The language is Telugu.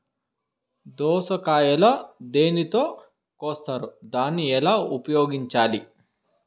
దోస కాయలు దేనితో కోస్తారు దాన్ని ఎట్లా ఉపయోగించాలి?